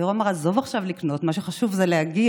ליאור אמר: עזוב עכשיו לקנות, מה שחשוב זה להגיע.